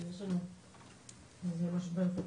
כי יש לנו איזה משבר קטן.